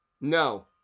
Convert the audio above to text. no